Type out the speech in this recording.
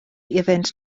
iddynt